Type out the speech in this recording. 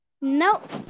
Nope